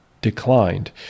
declined